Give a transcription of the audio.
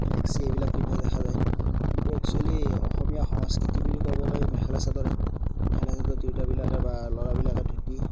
মেক্সি এইবিলাক পিন্ধা দেখা যায় কিন্তু একচুৱেলি অসমীয়া সংস্কৃতি বুলি ক'বলৈ মেখেলা চাদৰহে মেখেলা চাদৰ তিৰোতাবিলাকে বা ল'ৰা বিলাকে ধূতি